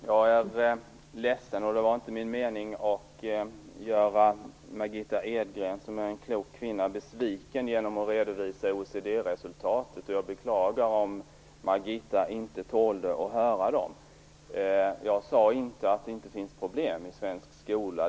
Fru talman! Det var inte min mening att göra Margitta Edgren, som är en klok kvinna, besviken genom att redovisa OECD-resultatet. Jag beklagar om Margitta Edgren inte tålde att höra det. Jag sade inte att det inte finns problem i svensk skola.